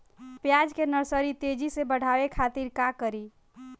प्याज के नर्सरी तेजी से बढ़ावे के खातिर का करी?